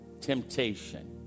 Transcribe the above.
temptation